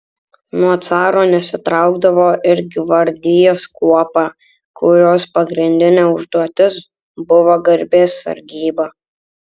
nuo caro nesitraukdavo ir gvardijos kuopa kurios pagrindinė užduotis buvo garbės sargyba